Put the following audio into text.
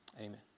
Amen